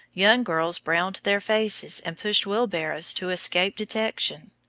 young girls browned their faces and pushed wheelbarrows to escape detection.